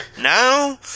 now